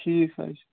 ٹھیٖک حظ چھُ